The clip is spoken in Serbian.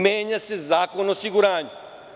Menja se Zakon o osiguranju.